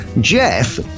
Jeff